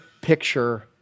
picture